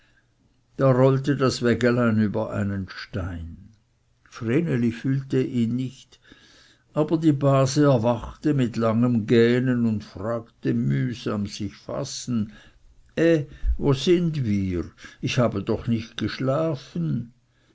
da rollte das wägelein über einen stein vreneli fühlte ihn nicht aber die base erwachte mit langem gähnen und fragte mühsam sich fassend eh wo sind wir ich habe doch nicht geschlafen